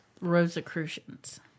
Rosicrucians